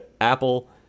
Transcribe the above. Apple